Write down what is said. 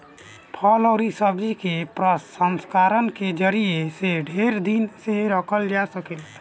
फल अउरी सब्जी के प्रसंस्करण के जरिया से ढेर दिन ले रखल जा सकेला